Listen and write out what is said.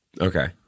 Okay